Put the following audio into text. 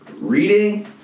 reading